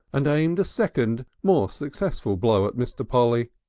and aimed a second more successful blow at mr. polly.